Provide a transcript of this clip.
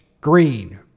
green